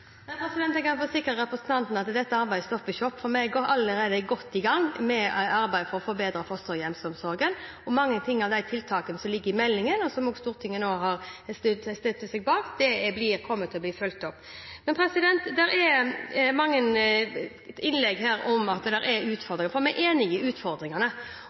Jeg kan forsikre representanten om at dette arbeidet ikke stopper opp, for vi er allerede godt i gang med arbeid for å forbedre fosterhjemsomsorgen. Mange av de tiltakene som ligger i meldingen, og som Stortinget nå stiller seg bak, kommer til å bli fulgt opp. Det er mange innlegg her om at det er utfordringer – vi er enige om utfordringene. Den ene delen i denne meldingen beskriver utfordringene,